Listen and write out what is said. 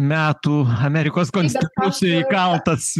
metų amerikos konstitucijoj įkaltas